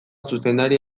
zuzendaria